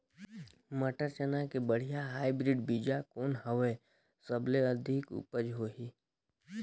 मटर, चना के बढ़िया हाईब्रिड बीजा कौन हवय? सबले अधिक उपज होही?